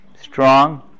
strong